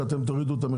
שאתם תורידו את המחיר?